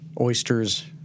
oysters